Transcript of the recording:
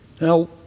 Now